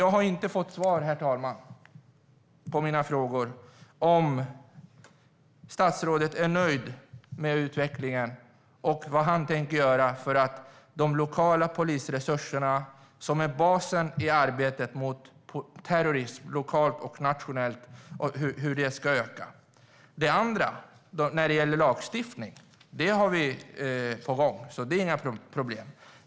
Jag har inte fått svar, herr talman, på mina frågor om huruvida statsrådet är nöjd med utvecklingen och vad han tänker göra för att de lokala polisresurserna, som är basen i arbetet mot terrorism lokalt och nationellt, ska öka. Det andra, när det gäller lagstiftning, har vi på gång. Det är inga problem.